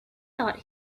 thought